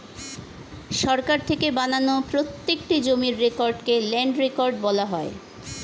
সরকার থেকে বানানো প্রত্যেকটি জমির রেকর্ডকে ল্যান্ড রেকর্ড বলা হয়